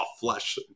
flesh